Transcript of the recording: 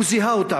הוא זיהה אותם.